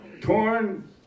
torn